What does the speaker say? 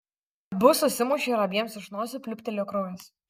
abu susimušė ir abiems iš nosių pliūptelėjo kraujas